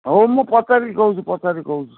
ହଉ ମୁଁ ପଚାରିକି କହୁଛି ପଚାରିକି କହୁଛି